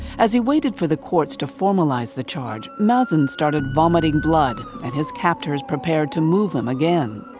as he waited for the courts to formalize the charge, mazen started vomiting blood and his captors prepared to move him again.